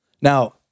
Now